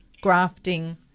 grafting